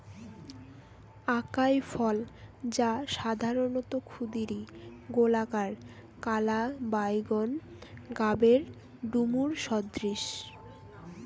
আকাই ফল, যা সাধারণত ক্ষুদিরী, গোলাকার, কালা বাইগোন গাবের ডুমুর সদৃশ